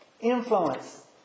influence